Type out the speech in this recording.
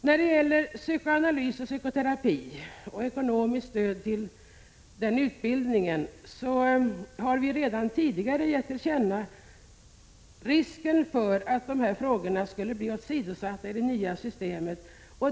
När det gäller psykoanalys och psykoterapi och ekonomiskt stöd till utbildning på dessa områden har vi redan tidigare gett till känna risken för att de här frågorna skulle bli åsidosatta i det nya systemet.